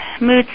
mood